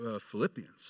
Philippians